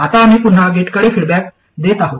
आता आम्ही पुन्हा गेटकडे फीडबॅक देत आहोत